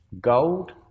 Gold